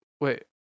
Wait